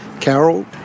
carol